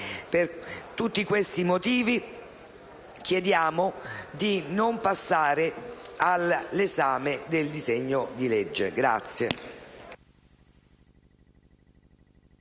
Per tutti questi motivi, chiediamo di non procedere all'esame del disegno di legge.